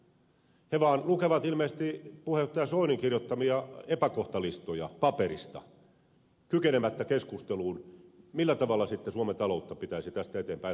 he vaan lukevat ilmeisesti puheenjohtaja soinin kirjoittamia epäkohtalistoja paperista kykenemättä keskusteluun millä tavalla sitten suomen taloutta pitäisi tästä eteenpäin hoitaa